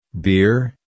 beer